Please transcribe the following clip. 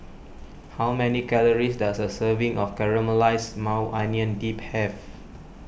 how many calories does a serving of Caramelized Maui Onion Dip have